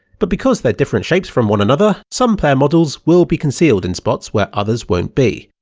but because they're different shapes from one another, some player models will be concealed in spots where others won't be.